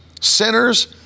Sinners